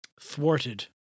thwarted